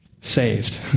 saved